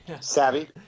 Savvy